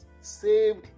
saved